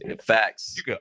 Facts